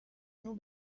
nur